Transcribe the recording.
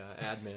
admin